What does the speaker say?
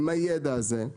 עם הידע הזה,